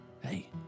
Hey